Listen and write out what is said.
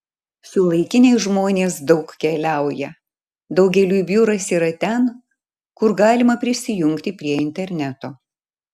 šiuolaikiniai žmonės daug keliauja daugeliui biuras yra ten kur galima prisijungti prie interneto